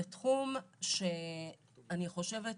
זה תחום שאני חושבת,